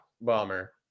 bomber